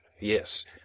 yes